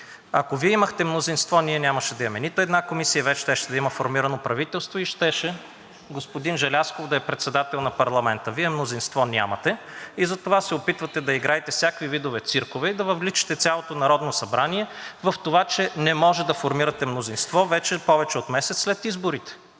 Ако Вие имахте мнозинство, ние нямаше да имаме нито една комисия и вече щеше да има формирано правителство, и щеше господин Желязков да е председател на парламента. Вие мнозинство нямате и затова се опитвате да играете всякакви видове циркове и да въвличате цялото Народно събрание в това, че не може да формирате мнозинство вече повече от месец след изборите.